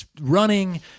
running